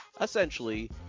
essentially